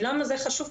ולמה זה חשוב,